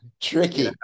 tricky